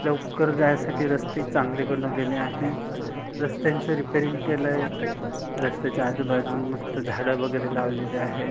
लवकर जायसाठी रस्ते चांगले बनवलेले आहे रस्त्यांचं रिपेरिंग केलंय रस्त्याच्या आजूबाजू मस्त झाडं वगैरे लावलेले आहे